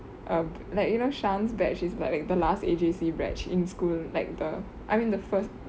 um like you know shan's batch is like the last A_J_C batch in school like the I mean the first